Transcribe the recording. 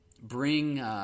bring